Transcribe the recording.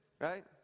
right